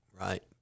Right